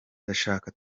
ndashaka